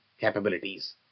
capabilities